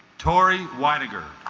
tori winegar